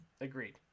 Agreed